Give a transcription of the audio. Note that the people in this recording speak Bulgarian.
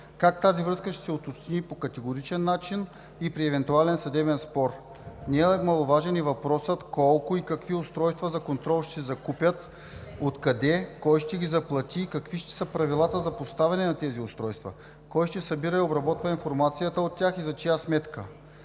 как тази връзка ще се уточни по категоричен начин и при евентуален съдебен спор. Не е маловажен и въпросът колко и какви устройства за контрол ще се закупят, откъде, кой ще ги заплати и какви ще са правилата за поставяне на тези устройства. Кой ще събира и обработва информацията от тях и за чия сметка?